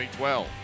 2012